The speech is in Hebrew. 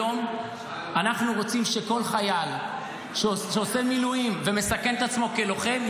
היום אנחנו רוצים שכל חייל שעושה מילואים ומסכן את עצמו כלוחם,